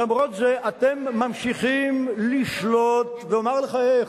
למרות זה אתם ממשיכים לשלוט, ואומר לך איך.